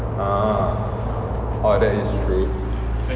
ah oh that is true